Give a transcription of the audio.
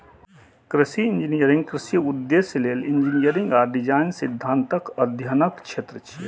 कृषि इंजीनियरिंग कृषि उद्देश्य लेल इंजीनियरिंग आ डिजाइन सिद्धांतक अध्ययनक क्षेत्र छियै